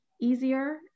easier